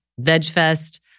VegFest